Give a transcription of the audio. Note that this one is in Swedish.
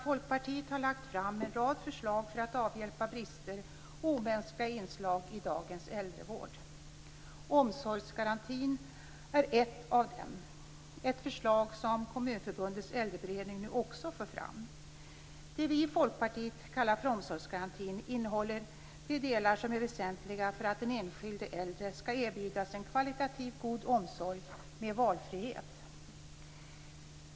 Folkpartiet har lagt fram en rad förslag för att avhjälpa brister och omänskliga inslag i dagens äldrevård. Omsorgsgarantin är ett av dem - ett förslag som också Kommunförbundets äldreberedning nu för fram. Det som vi i Folkpartiet kallar för omsorgsgarantin innehåller de delar som är väsentliga för att den enskilde äldre skall erbjudas en kvalitativt god omsorg med valfrihet.